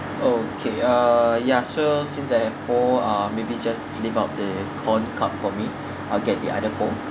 okay uh ya so since I have four uh maybe just leave out the corn cup for me I'll get the other four